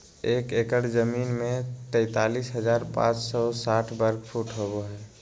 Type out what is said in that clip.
एक एकड़ जमीन में तैंतालीस हजार पांच सौ साठ वर्ग फुट होबो हइ